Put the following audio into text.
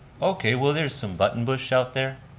okay, well there's some buttonbush out there.